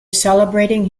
celebrating